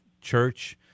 church